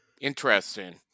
Interesting